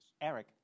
Eric